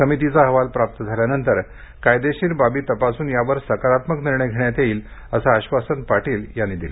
समितीचा अहवाल प्राप्त झाल्यानंतर कायदेशीर बाबी तपासून यावर सकारात्मक निर्णय घेण्यात येईल असं आश्वासन पाटील यांनी त्यावर दिलं